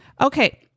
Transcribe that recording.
Okay